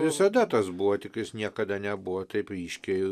visada tas buvo tiktais niekada nebuvo taip ryškiai